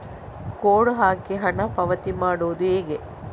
Code ಹಾಕಿ ಹಣ ಪಾವತಿ ಮಾಡೋದು ಹೇಗೆ?